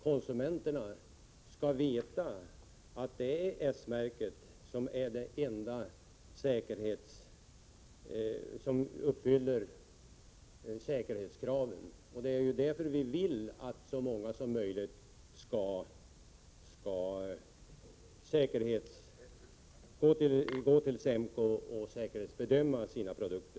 Konsumenterna skall veta att S-märket är den enda garantin för att produkten uppfyller säkerhetskraven. Det är därför vi vill att så många produkter som möjligt skall bedömas från säkerhetssynpunkt av SEMKO.